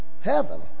heaven